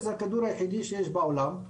כנראה שזה הכדור היחיד שיש בעולם,